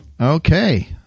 Okay